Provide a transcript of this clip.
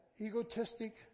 egotistic